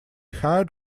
hired